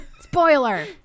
spoiler